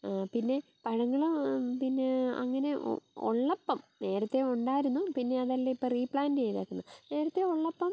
പിന്നെ പഴങ്ങൾ പിന്നെ അങ്ങനെ ഉള്ളപ്പം നേരത്തെ ഉണ്ടായിരുന്നു പിന്നെ അതെല്ലാം ഇപ്പം റീപ്ലാൻറ്റ് ചെയ്തതായിരുന്നു നേരത്തെ ഉള്ളപ്പം